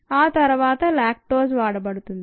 ఆ తర్వాత లాక్టోజ్వాడబడుతుంది